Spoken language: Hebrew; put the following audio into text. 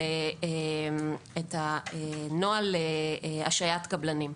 נוהל השעיית קבלנים.